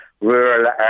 rural